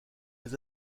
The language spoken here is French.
les